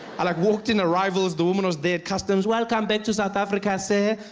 i like walked into arrivals, the woman was there at customs. welcome back to south africa sir.